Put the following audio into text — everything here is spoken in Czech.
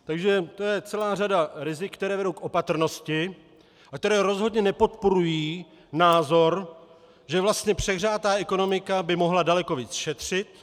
Takže to je celá řada rizik, která vedou k opatrnosti a která rozhodně nepodporují názor, že vlastně přehřátá ekonomika by mohla daleko víc šetřit.